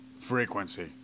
frequency